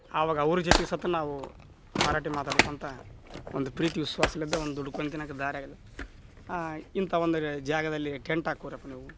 ಅವಾಗ ಅವ್ರ ಜೊತೆ ಸತ ನಾವು ಮರಾಠಿ ಮಾತಾಡ್ಕೊತ ಒಂದು ಪ್ರೀತಿ ವಿಶ್ವಾಸಲಿದ್ದ ಒಂದು ದುಡ್ಕೊಂಡ್ ತಿನ್ನಕ್ಕೆ ದಾರಿಯಾಗ್ಯದ ಇಂಥ ಒಂದು ಜಾಗದಲ್ಲಿ ಟೆಂಟ್ ಹಾಕೊರಿಯಪ್ಪ ನೀವು